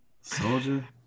Soldier